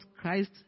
Christ